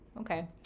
Okay